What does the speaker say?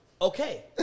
Okay